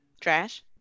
Trash